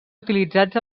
utilitzats